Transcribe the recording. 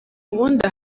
ubundi